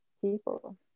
people